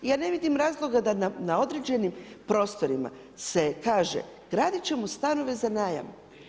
Ja ne vidim razloga da na određenim prostorima se kaže gradit ćemo stanove za najam.